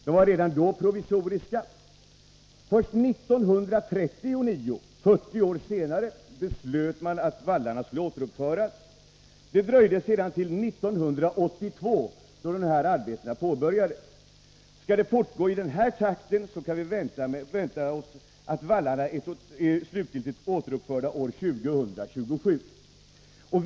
De var redan då provisoriska. Först 1939, 40 år senare, beslöt man att vallarna skulle återuppföras. Det dröjde sedan till 1982, innan arbetena påbörjades. Skall det fortgå i den takten, kan vi vänta oss att vallarna är slutgiltigt återuppförda år 2027. Fru talman!